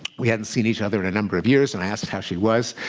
we hadn't seen each other in a number of years, and i asked how she was.